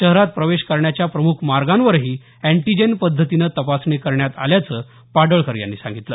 शहरात प्रवेश करण्याच्या प्रमुख मार्गांवरही अँटीजेन पद्धतीनं तपासणी करण्यात आल्याचं पाडळकर यांनी सांगितलं